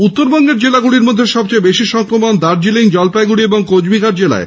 উত্তরবঙ্গের জেলগুলির মধ্যে সবচেয়ে বেশি সংক্রমণ দার্জিলিং জলপাইগুড়ি ও কোচবিহার জেলায়